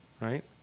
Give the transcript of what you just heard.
right